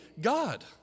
God